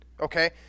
Okay